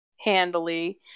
handily